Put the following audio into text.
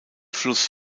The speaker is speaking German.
fluss